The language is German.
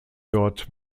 dort